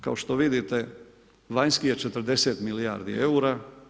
Kao što vidite vanjski je 40 milijardi eura.